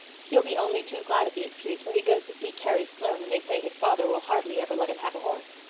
he'll be only too glad of the excuse, for he goes to see carrie sloane and they say his father will hardly ever let him have a horse.